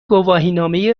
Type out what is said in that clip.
گواهینامه